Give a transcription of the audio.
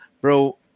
bro